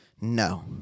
No